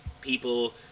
people